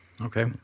Okay